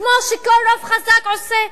כמו שכל רוב חזק עושה.